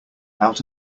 out